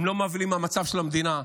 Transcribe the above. הם לא מבוהלים מהמצב של המדינה.